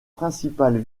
principales